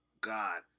god